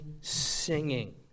singing